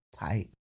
type